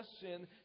sin